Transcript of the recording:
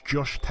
Josh